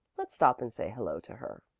let's stop and say hello to her.